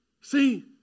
See